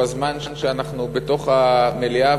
בזמן שאנחנו בתוך המליאה,